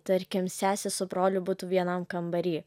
tarkim sesė su broliu būtų vienam kambary